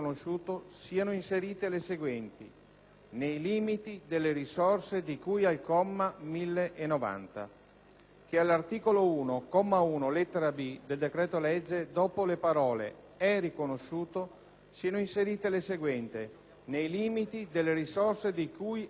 "nei limiti delle risorse di cui al comma 1090"; che all'articolo 1, comma 1, lettera *b)*, del decreto-legge, dopo le parole: "è riconosciuto" siano inserite le seguenti: "nei limiti delle risorse di cui al comma 1090